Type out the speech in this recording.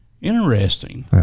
Interesting